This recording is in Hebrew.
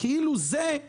כי אתם לא נותנים לו לדבר.